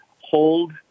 hold